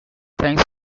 thanks